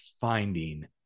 finding